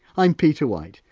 i'm peter white.